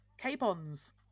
Capons